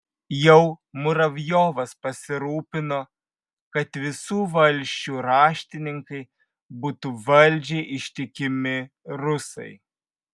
jau muravjovas pasirūpino kad visų valsčių raštininkai būtų valdžiai ištikimi rusai